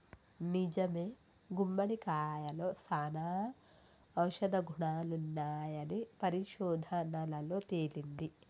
నిజమే గుమ్మడికాయలో సానా ఔషధ గుణాలున్నాయని పరిశోధనలలో తేలింది